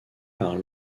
par